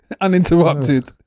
Uninterrupted